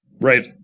right